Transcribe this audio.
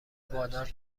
وادار